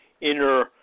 inner